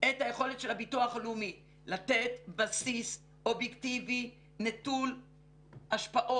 את היכולת של הביטוח הלאומי לתת בסיס אובייקטיבי נטול השפעות